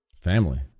Family